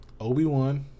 obi-wan